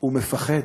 הוא מפחד.